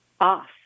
off